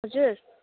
हजुर